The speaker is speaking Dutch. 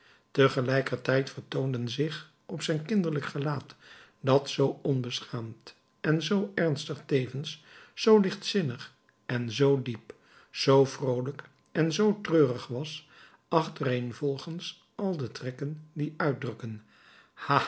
tegelijkertijd vertoonden zich op zijn kinderlijk gelaat dat zoo onbeschaamd en zoo ernstig tevens zoo lichtzinnig en zoo diep zoo vroolijk en zoo treurig was achtereenvolgens al de trekken die uitdrukken